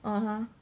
(uh huh)